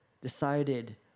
decided